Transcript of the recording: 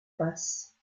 passe